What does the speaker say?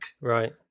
Right